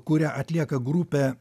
kurią atlieka grupė